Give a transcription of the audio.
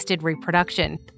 reproduction